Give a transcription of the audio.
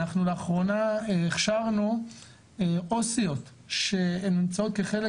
אנחנו לאחרונה הכשרנו עו"סיות שהן נמצאות כחלק